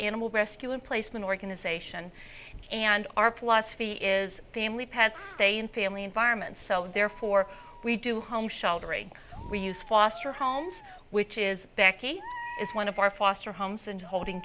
animal rescue and placement organization and our plus fee is family pants stay in family environments so therefore we do home sheltering we use foster homes which is baccy is one of our foster homes and holding